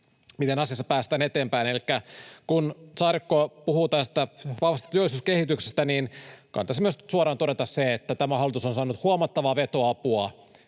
miten asiassa päästään eteenpäin. Elikkä kun Saarikko puhuu tästä vahvasta työllisyyskehityksestä, niin kannattaisi myös suoraan todeta se, että tämä hallitus on saanut huomattavaa vetoapua